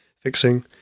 fixing